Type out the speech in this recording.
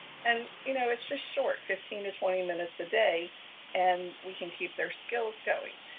and you know, it's just short fifteen to twenty minutes a day and we can keep their skills going.